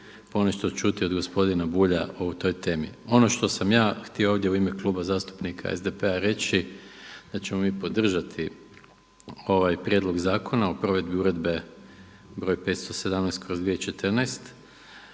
ponešto čuti od gospodina Bulja o toj temi. Ono što sam ja htio ovdje u ime Kluba zastupnika SDP-a reći da ćemo mi podržati ovaj Prijedlog zakona o provedbi uredbe br. 517/2014.